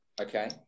Okay